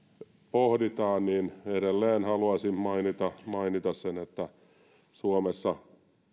pohditaan niin edelleen haluaisin mainita mainita sen että suomessa